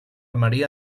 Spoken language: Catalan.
maria